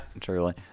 truly